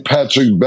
Patrick